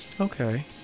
okay